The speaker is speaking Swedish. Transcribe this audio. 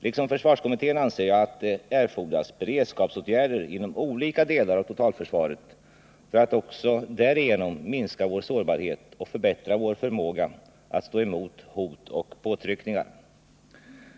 Liksom försvarskommittén anser jag att det erfordras beredskapsåtgärder inom olika delar av totalförsvaret för att också därigenom minska vår sårbarhet och förbättra vår förmåga att stå emot hot och påtryckningar.